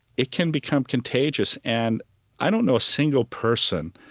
it can become contagious. and i don't know a single person,